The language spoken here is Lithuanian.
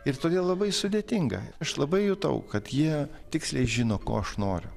ir todėl labai sudėtinga aš labai jutau kad jie tiksliai žino ko aš noriu